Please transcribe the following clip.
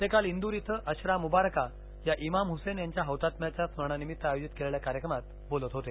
ते काल इंदूर इथं अशरा मुबारका या इमाम हुसैन यांच्या हौतात्म्याच्या स्मरणानिमित्त आयोजित केलेल्या कार्यक्रमात बोलत होते